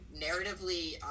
narratively